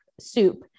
soup